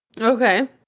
okay